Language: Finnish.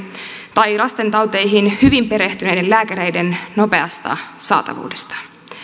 tai lastentauteihin hyvin perehtyneiden lääkäreiden nopeasta saatavuudesta